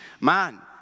man